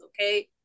Okay